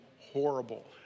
horrible